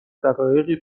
دقایقی